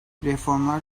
reformlar